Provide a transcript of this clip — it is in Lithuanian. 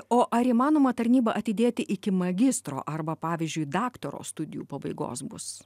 o ar įmanoma tarnybą atidėti iki magistro arba pavyzdžiui daktaro studijų pabaigos bus